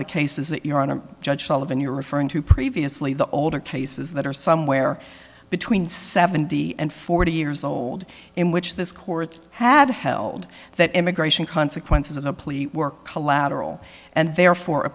the cases that your honor judge solomon you're referring to previously the older cases that are somewhere between seventy and forty years old in which this court had held that immigration consequences of a plea were collateral and therefore